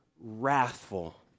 wrathful